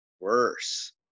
worse